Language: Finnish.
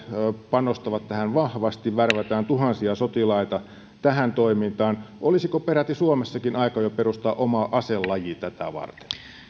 panostavat tähän vahvasti tuhansia sotilaita värvätään tähän toimintaan olisiko peräti suomessakin jo aika perustaa oma aselaji tätä varten